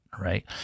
right